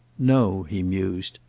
no, he mused,